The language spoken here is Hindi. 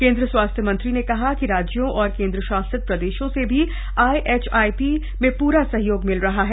केन्द्रीय स्वास्थ्य मंत्री ने कहा कि राज्यों और केन्द्र शासित प्रदेशों से भी आईएचआईपी में पूरा सहयोग मिल रहा है